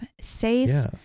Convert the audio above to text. safe